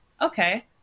okay